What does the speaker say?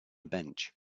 bench